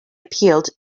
appealed